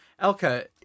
Elka